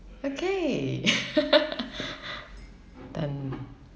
okay done